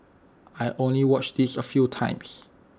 I only watched this A few times